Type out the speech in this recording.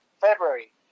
February